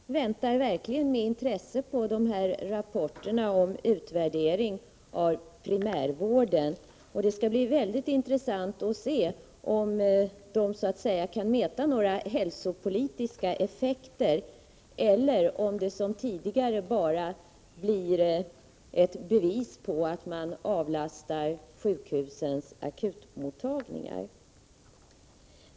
Herr talman! Vi väntar verkligen med intresse på rapporterna om utvärdering av primärvården. Det skall bli mycket intressant att se om de kan mäta några hälsopolitiska effekter eller om de, som tidigare, bara blir ett bevis på att man avlastar sjukhusens akutmottagningar.